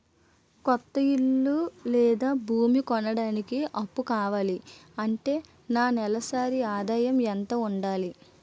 కొత్త ఇల్లు లేదా భూమి కొనడానికి అప్పు కావాలి అంటే నా నెలసరి ఆదాయం ఎంత ఉండాలి?